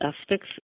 aspects